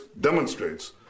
demonstrates